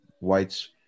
whites